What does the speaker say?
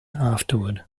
afterward